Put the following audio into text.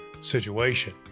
situation